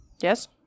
Yes